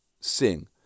sing